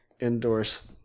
endorse